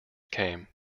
came